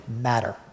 matter